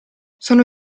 sono